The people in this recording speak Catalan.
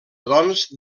doncs